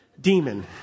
demon